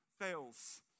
fails